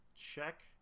check